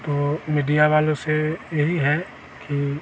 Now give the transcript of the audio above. तो मिडिया वालों से यही है कि